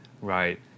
right